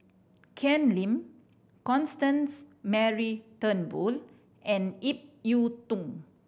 Ken Lim Constance Mary Turnbull and Ip Yiu Tung